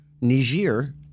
Niger